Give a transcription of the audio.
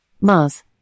Mars